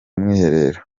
mwiherero